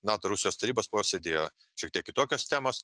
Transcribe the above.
nato rusijos tarybos posėdyje šiek tiek kitokios temos